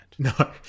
No